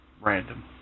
random